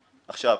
עכשיו,